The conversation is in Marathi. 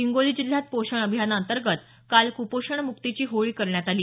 हिंगोली जिल्ह्यात पोषण अभियानाअंतर्गत काल कुपोषण मुक्तीची होळी करण्यात आली